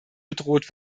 bedroht